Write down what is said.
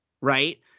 Right